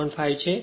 5 છે